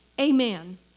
Amen